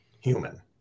human